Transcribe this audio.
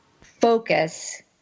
focus